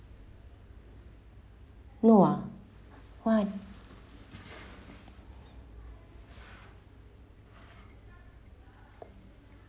no ah one